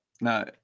No